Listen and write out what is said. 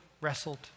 wrestled